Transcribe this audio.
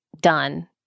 done